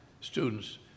students